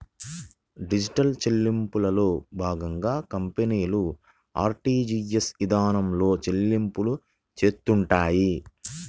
digital చెల్లింపుల్లో భాగంగా కంపెనీలు ఆర్టీజీయస్ ఇదానంలో చెల్లింపులు చేత్తుంటాయి